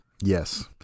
Yes